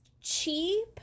cheap